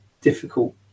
difficult